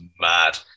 mad